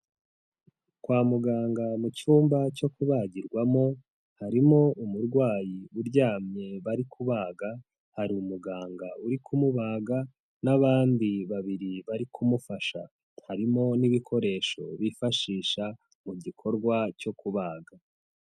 Kwa muganga mu cyumba cyo kubagirwamo harimo umurwayi uryamye bari kubaga, hari umuganga uri kumubaga n'abandi babiri bari kumufasha, harimo n'ibikoresho bifashisha mu gikorwa cyo kubaga.